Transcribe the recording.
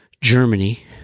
Germany